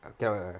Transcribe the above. okay lor